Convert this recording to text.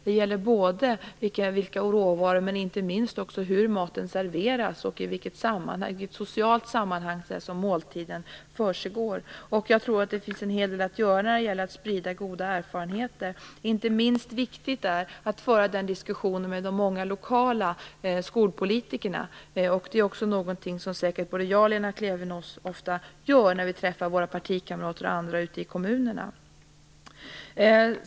Det gäller råvaror och inte minst hur maten serveras och i vilket socialt sammanhang som måltiden försiggår. Jag tror att det finns en hel del att göra när det gäller att sprida goda erfarenheter. Det är också viktigt att föra den diskussionen med de många lokala skolpolitikerna. Detta är också någonting som säkert både jag och Lena Klevenås ofta gör när vi träffar våra partikamrater och andra ute i kommunerna.